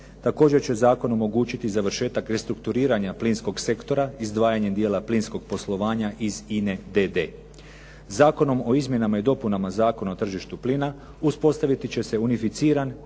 Također će zakon omogućiti završetak restrukturiranja plinskog sektora, izdvajanjem dijela iz plinskog poslovanja iz INA-e d.d. Zakonom o izmjenama i dopunama Zakona o tržištu plina uspostaviti će se unificiran,